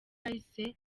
cyahise